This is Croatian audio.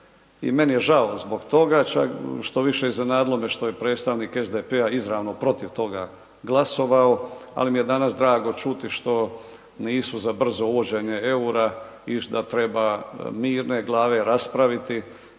i meni je žao zbog toga, čak što više iznenadilo me što je predstavnik SDP-a izravno protiv toga glasovao, ali mi je danas drago čuti što nisu za brzo uvođenje EUR-a i da treba mirne glave raspraviti,